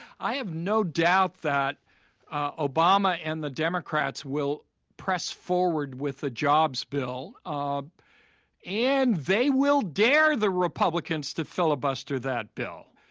i have no doubt that obama and the democrats will press forward with the jobs bill. um and they will dare the republicans to filibuster that bill.